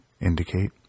indicate